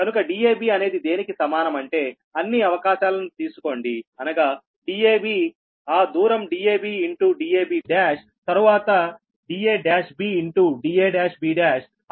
కనుక dab అనేది దేనికి సమానం అంటే అన్ని అవకాశాలను తీసుకోండి అనగా dab ఆ దూరం dab ఇన్ టూ dab1 తరువాత da1b ఇన్ టూ da1b1